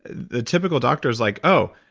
the typical doctor's like, oh,